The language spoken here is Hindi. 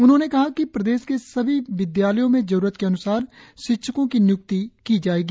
उन्होंने कहा कि प्रदेश के सभी विद्यालयों में जरुरत के अन्सार शिक्षकों की निय्क्ति की जाएगी